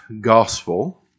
Gospel